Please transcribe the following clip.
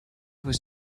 was